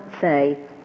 say